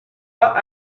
pas